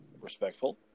respectful